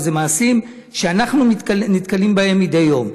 ואלה מעשים שאנחנו נתקלים בהם מדי יום.